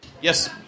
Yes